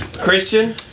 Christian